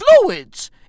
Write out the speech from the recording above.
fluids